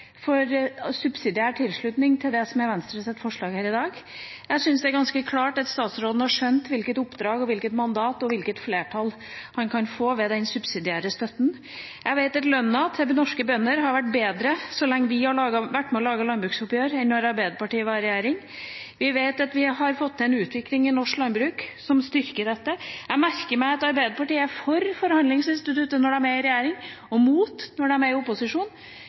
subsidiær tilslutning til det som er Venstres forslag her i dag. Jeg syns det er ganske klart at statsråden har skjønt hvilket oppdrag, hvilket mandat og hvilket flertall han kan få ved den subsidiære støtten. Jeg vet at lønna til norske bønder har vært bedre så lenge vi har vært med og laget landbruksoppgjør, enn da Arbeiderpartiet var i regjering. Vi vet at vi har fått til en utvikling i norsk landbruk som styrker dette. Jeg merker meg at Arbeiderpartiet er for forhandlingsinstituttet når de er i regjering og mot når de er i opposisjon.